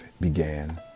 began